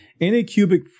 Anycubic